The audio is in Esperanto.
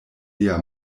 lia